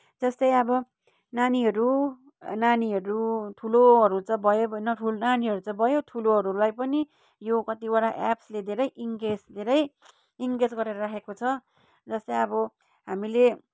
जस्तै अब नानीहरू नानीहरू ठुलोहरू त भयो भन्न नानीहरू त भयो ठुलोहरूलाई पनि यो कतिवटा एप्सले धेरै इङ्गेज धेरै इङ्गेज गरेर राखेको छ जस्तै अब हामीले